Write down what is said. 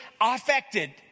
affected